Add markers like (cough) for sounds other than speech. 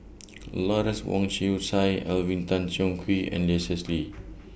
(noise) Lawrence Wong Shyun Tsai Alvin Tan Cheong Kheng and Leslie Kee